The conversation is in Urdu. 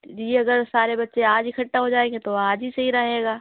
جی اگر سارے بچے آج اکھٹا ہو جائیں گے تو آج ہی صحیح رہے گا